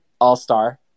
all-star